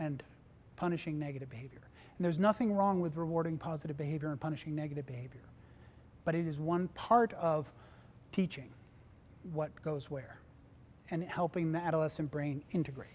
and punishing negative behavior and there's nothing wrong with rewarding positive behavior and punishing negative behavior but it is one part of teaching what goes where and helping the adolescent brain integrate